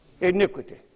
iniquity